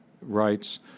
rights